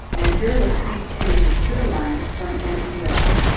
and you're listening to throughline from npr.